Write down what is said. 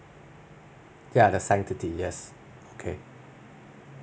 yeah the sanctity yes okay